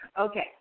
Okay